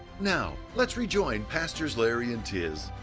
now, let's rejoin pastors larry and tiz.